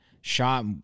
shot